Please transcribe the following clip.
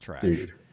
Dude